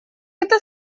это